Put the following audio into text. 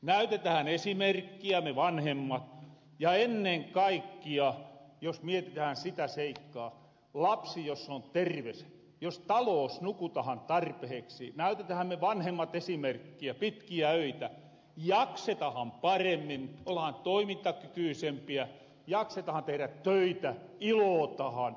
näytetähän esimerkkiä me vanhemmat ja ennen kaikkia jos mietitähän sitä seikkaa lapsi jos on terves jos taloos nukutahan tarpeheksi näytetähän me vanhemmat esimerkkiä pitkiä öitä jaksetahan paremmin ollahan toimintakykyysempiä jaksetahan tehrä töitä ilootahan